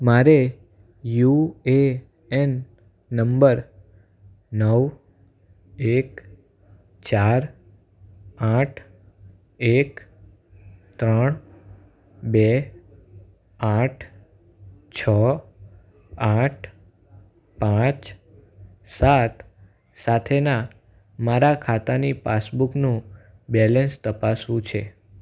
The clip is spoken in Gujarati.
મારે યુ એ એન નંબર નવ એક ચાર આઠ એક ત્રણ બે આઠ છ આઠ પાંચ સાત સાથેના મારા ખાતાની પાસબુકનું બેલેન્સ તપાસવું છે